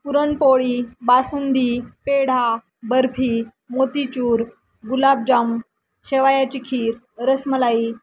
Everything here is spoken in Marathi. पुरणपोळी बासुंदी पेढा बर्फी मोतीचूर गुलाबजाम शेवयाची खीर रसमलाई